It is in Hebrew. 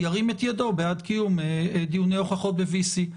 ירים את ידו בעד קיום דיוני הוכחות ב-VC,